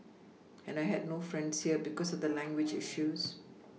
and I had no friends here because of the language issues